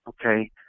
Okay